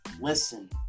listen